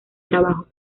trabajos